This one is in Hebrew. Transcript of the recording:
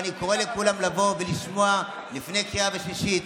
אני קורא לכולם לבוא ולשמוע את הדברים לפני קריאה שנייה ושלישית,